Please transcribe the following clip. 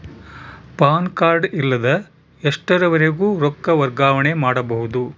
PAN card ಇಲ್ಲದ ಎಷ್ಟರವರೆಗೂ ರೊಕ್ಕ ವರ್ಗಾವಣೆ ಮಾಡಬಹುದು?